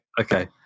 Okay